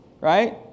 right